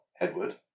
Edward